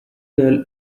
girl